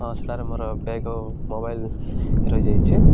ହଁ ସେଠାରେ ମୋର ବ୍ୟାଗ୍ ଆଉ ମୋବାଇଲ୍ ରହିଯାଇଛି